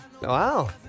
Wow